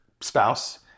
spouse